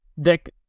Dick